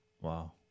wow